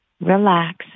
Relax